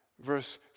Verse